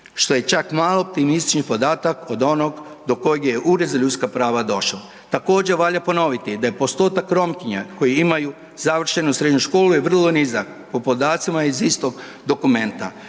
što je čak malo optimističan podatak od onog do kojeg je Ured za ljudska prava došao. Također valja ponoviti da postotak Romkinja koje imaju završenu srednju školu je vrlo nizak po podacima iz istog dokumenta.